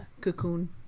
Cocoon